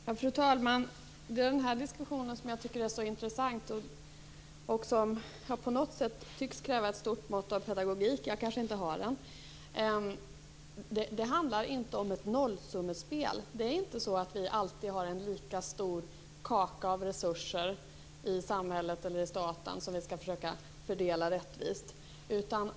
Fru talman! Det är den här diskussionen som jag tycker är så intressant och som på något sätt tycks kräva ett stort mått av pedagogik. Jag kanske inte har denna pedagogik. Det handlar inte om ett nollsummespel. Det är inte så att vi alltid har en lika stor kaka av resurser i samhället eller i staten som vi skall försöka fördela rättvist.